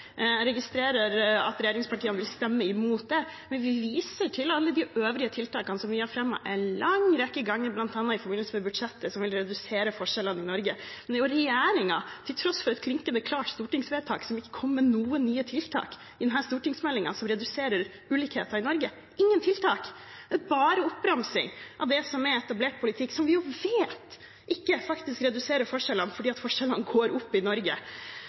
Jeg registrerer at regjeringspartiene vil stemme imot det. Men vi viser til alle de øvrige tiltakene som vi har fremmet en lang rekke ganger – bl.a. i forbindelse med budsjettet – som vil redusere forskjellene i Norge. Det er jo regjeringen, til tross for et klinkende klart stortingsvedtak, som i denne stortingsmeldingen ikke kommer med noen nye tiltak som reduserer ulikheten i Norge. Ingen tiltak! Det er bare en oppramsing av det som er etablert politikk – som vi faktisk vet ikke reduserer forskjellene, for forskjellene øker i Norge.